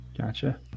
Gotcha